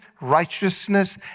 righteousness